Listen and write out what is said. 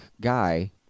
guy